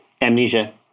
Amnesia